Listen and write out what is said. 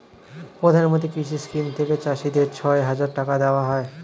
প্রধানমন্ত্রী কৃষি স্কিম থেকে চাষীদের ছয় হাজার টাকা দেওয়া হয়